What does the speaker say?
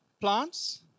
plants